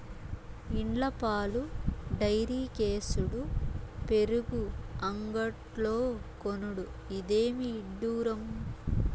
ఇండ్ల పాలు డైరీకేసుడు పెరుగు అంగడ్లో కొనుడు, ఇదేమి ఇడ్డూరం